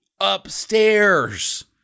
upstairs